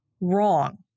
wrong